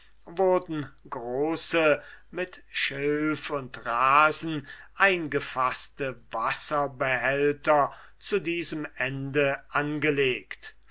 wurden große mit schilf und rasen eingefaßte bassins zu diesem ende angelegt